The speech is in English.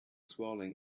swirling